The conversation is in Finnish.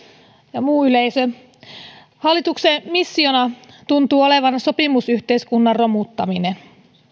ja muu yleisö hallituksen missiona tuntuu olevan sopimusyhteiskunnan romuttaminen